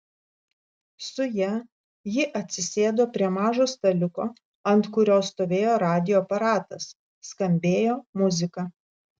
su ja ji atsisėdo prie mažo staliuko ant kurio stovėjo radijo aparatas skambėjo muzika